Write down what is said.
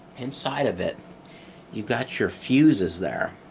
inside of it you got your fuses there.